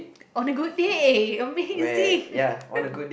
on a good day amazing